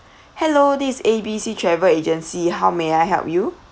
hello this is A B C travel agency how may I help you